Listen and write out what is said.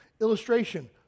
Illustration